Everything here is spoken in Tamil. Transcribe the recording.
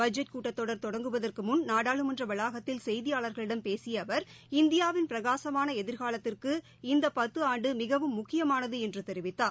பட்ஜெட் கூட்டத்தொடர் தொடங்குவதற்கு முன் நாடாளுமன்ற வளாகத்தில் செய்தியாளர்களிடம் பேசிய அவர் இந்தியாவின் பிரகாசமான எதிர்காலத்திற்கு இந்த பத்து ஆண்டு மிகவும் முக்கியமானது என்று அவர் தெரிவித்தார்